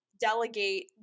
delegate